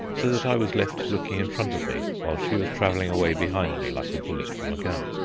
so that i was left looking in front of me while she was travelling away behind me like a bullet from a gun.